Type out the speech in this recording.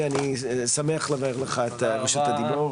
אנחנו נמצאים במקום מספיק חזק כדי לדבר על הדברים האלה,